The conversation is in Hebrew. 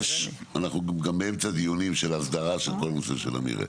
אנחנו גם באמצע דיונים של הסדרה של כל הנושא של המרעה.